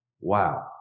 Wow